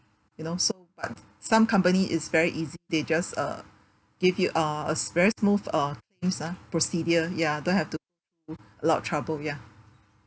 you know so some company is very easy they just uh give you uh uh s~ a very smooth uh ah procedure ya don't have to to a lot of trouble ya